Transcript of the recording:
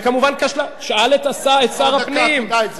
וכמובן כשלה, שאל את שר הפנים.